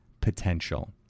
potential